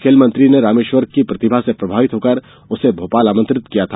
खेल मंत्री ने रामेश्वर की प्रतिभा से प्रमावित होकर उसे भोपाल आमंत्रित किया था